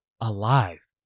alive